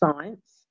science